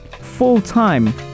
full-time